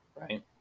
Right